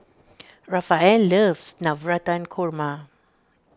Rafael loves Navratan Korma